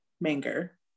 Manger